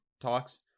talks